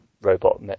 robot